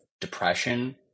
depression